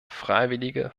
freiwillige